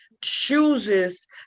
chooses